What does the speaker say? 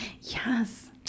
yes